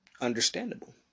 understandable